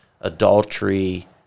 adultery